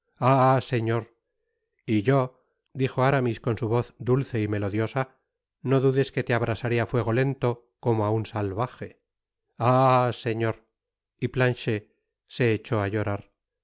señor y yo dijo aramis con su voz dule y melodiosa no dudes que le abrasaré á fuego lento como á un salvaje ahí señor y planchet se echó á llorar